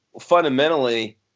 fundamentally